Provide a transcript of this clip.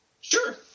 Sure